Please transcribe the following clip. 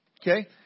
Okay